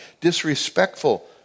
disrespectful